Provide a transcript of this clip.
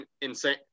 insane